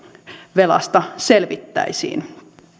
velasta selvittäisiin